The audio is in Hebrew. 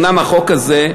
אומנם החוק הזה,